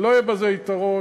לא יהיה בזה יתרון.